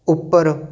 ਉੱਪਰ